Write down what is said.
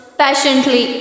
passionately